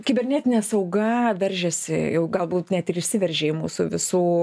kibernetinė sauga veržiasi jau galbūt net ir išsiveržė į mūsų visų